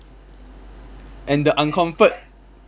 and the uncomfort~